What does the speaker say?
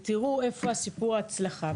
ותראו איפה סיפור ההצלחה,